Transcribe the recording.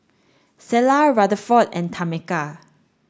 Selah Rutherford and Tameka